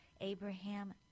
Abraham